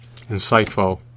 insightful